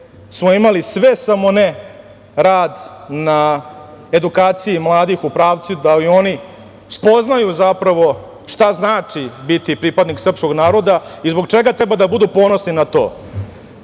smo imali sve, samo ne rad na edukaciji mladih u pravcu da i oni spoznaju zapravo šta znači biti pripadnik srpskog naroda i zbog čega treba da budu ponosni na to.